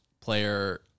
player